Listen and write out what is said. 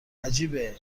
عجیبه